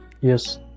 Yes